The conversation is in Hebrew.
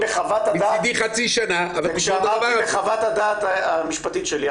מצידי חצי שנה --- וגם מה שאמרתי בחוות הדעת המשפטית שלי.